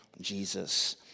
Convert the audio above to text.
Jesus